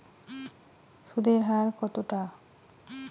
সুদের হার কতটা?